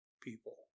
people